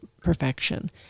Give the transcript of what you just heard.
perfection